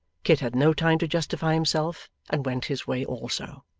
kit had no time to justify himself, and went his way also.